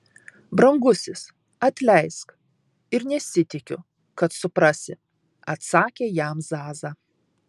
brangusis atleisk ir nesitikiu kad suprasi atsakė jam zaza